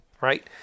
right